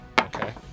Okay